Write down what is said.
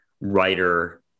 writer